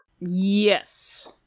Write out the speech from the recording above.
Yes